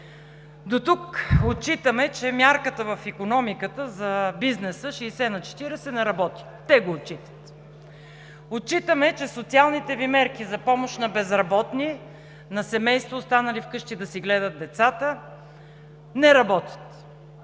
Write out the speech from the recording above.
Дотук отчитаме, че мярката в икономиката за бизнеса 60/40 не работи. Те го отчитат! Отчитаме, че социалните Ви мерки за помощ на безработни, на семейства, останали вкъщи да си гледат децата, не работят.